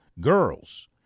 Girls